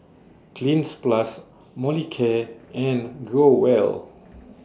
Cleanz Plus Molicare and Growell